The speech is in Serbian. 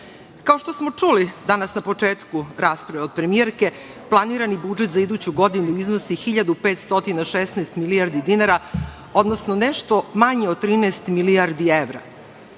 što smo čuli danas na početku rasprave od premijerke, planirani budžet za iduću godinu iznosi 1.516 milijardi dinara, odnosno nešto je manji od 13 milijardi evra.